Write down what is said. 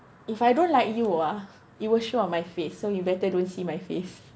if I don't like you ah it will show on my face so you better don't see my face